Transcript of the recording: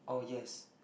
oh yes